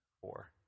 four